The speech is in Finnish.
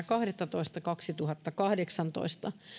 kahdettatoista kaksituhattakahdeksantoista